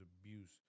abuse